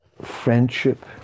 friendship